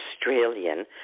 Australian